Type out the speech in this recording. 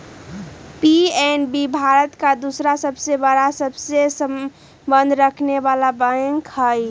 PNB Bharat के दूसरा सबसे बड़ा सबसे संबंध रखनेवाला बैंक हई